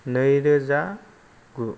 नैरोजा गु